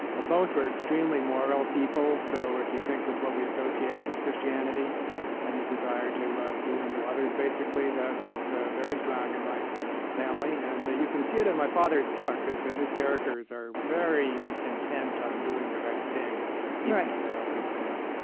both were extremely moral people. so if you think of what we associate with christianity and the desire to ah do unto others basically, that was very strong in my family. and you can see it in my father's book is that his characters are very intent on doing the right thing even though they often fail